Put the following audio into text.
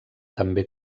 també